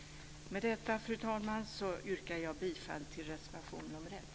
Med detta, fru talman, yrkar jag bifall till reservation nr 1.